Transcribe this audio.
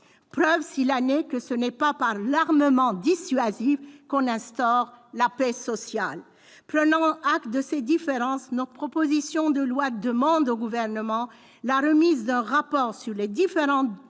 Preuve s'il en est que ce n'est pas par l'armement dissuasif qu'on instaure la paix sociale. Prenant acte de ces différences, nous demandons au Gouvernement la remise d'un rapport sur les différentes doctrines